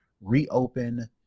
reopen